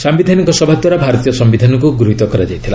ସାୟିଧାନିକ ସଭା ଦ୍ୱାରା ଭାରତୀୟ ସମ୍ଭିଧାନକୁ ଗୃହିତ କରାଯାଇଥିଲା